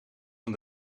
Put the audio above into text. van